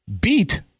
beat